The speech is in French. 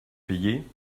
payer